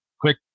quick